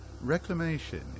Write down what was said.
reclamation